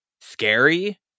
scary